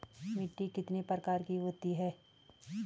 मिट्टी कितने प्रकार की होती है?